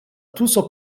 tuso